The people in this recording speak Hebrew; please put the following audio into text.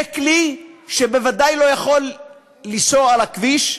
זה כלי שבוודאי לא יכול לנסוע על הכביש,